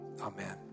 Amen